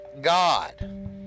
God